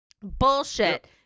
Bullshit